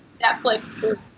Netflix